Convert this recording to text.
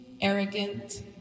arrogant